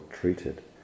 treated